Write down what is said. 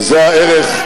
מה זה "לא קורה כלום"?